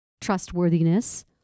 trustworthiness